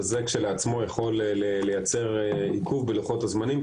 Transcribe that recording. וזה כשלעצמו יכול לייצר עיכוב בלוחות הזמנים,